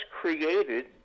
created